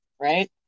right